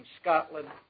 Scotland